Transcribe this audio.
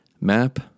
map